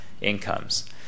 incomes